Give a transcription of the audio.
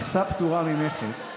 מכסה פטורה ממכס